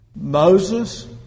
Moses